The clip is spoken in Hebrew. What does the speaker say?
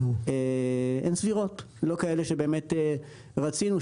לא כאלה רצינו,